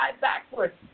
backwards